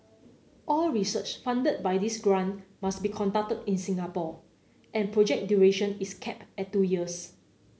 all research funded by this grant must be conducted in Singapore and project duration is cap at two years